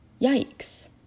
yikes